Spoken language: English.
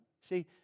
See